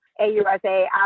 AUSA